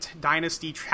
Dynasty